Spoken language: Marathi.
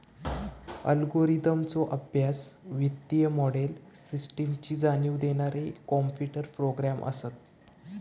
अल्गोरिदमचो अभ्यास, वित्तीय मोडेल, सिस्टमची जाणीव देणारे कॉम्प्युटर प्रोग्रॅम असत